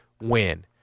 win